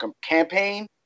Campaign